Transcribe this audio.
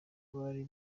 bari